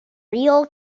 real